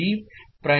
Qn' D